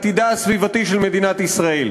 עתידה הסביבתי של מדינת ישראל.